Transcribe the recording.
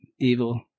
evil